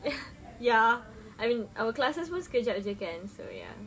ya I mean our classes pun sekejap jer kan so ya